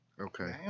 okay